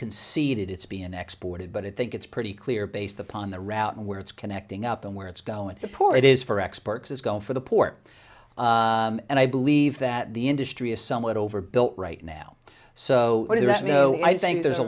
conceded it's been exported but i think it's pretty clear based upon the route and where it's connecting up and where it's going to pour it is for experts is going for the port and i believe that the industry is somewhat overbuilt right now so it is you know i think there's a